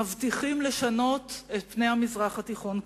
מבטיחים לשנות את פני המזרח התיכון כולו.